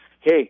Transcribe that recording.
Hey